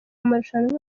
amarushanwa